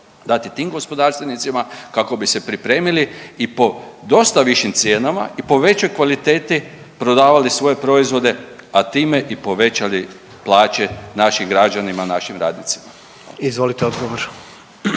dati tim gospodarstvenicima kako bi se pripremili i po dosta višim cijenama i po većoj kvaliteti prodavali svoje proizvode, a time i povećali plaće našim građanima, našim radnicima. **Jandroković,